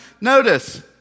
Notice